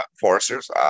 Foresters